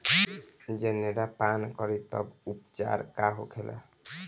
जनेरा पान करी तब उपचार का होखेला?